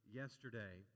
yesterday